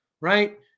right